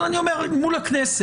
אבל אני אומר מול הכנסת.